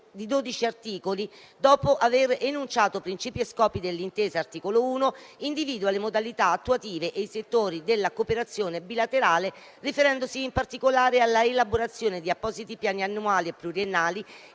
di 12 articoli, dopo aver enunciato principi e scopi dell'intesa (articolo 1), individua le modalità attuative e i settori della cooperazione bilaterale, riferendosi in particolare all'elaborazione di appositi piani annuali e pluriennali